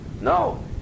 No